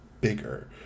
bigger